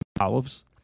olives